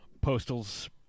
Postal's